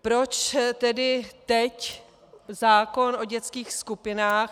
Proč tedy teď zákon o dětských skupinách?